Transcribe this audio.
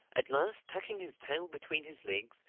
at last, tucking his tail between his legs,